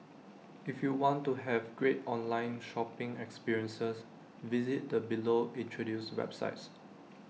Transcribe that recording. if you want to have great online shopping experiences visit the below introduced websites